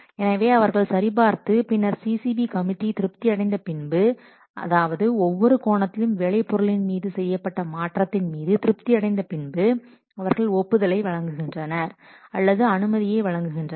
எனவே அவர்கள் சரிபார்த்து பின்னர் CCB கமிட்டி திருப்தி அடைந்த பின்பு அதாவது ஒவ்வொரு கோணத்திலும் வேலை பொருளின் மீது செய்யப்பட்ட மாற்றத்தின் மீது திருப்தி அடைந்த பின்பு அவர்கள் ஒப்புதலை வழங்குகின்றனர் அல்லது அனுமதியை வழங்குகின்றனர்